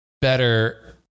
better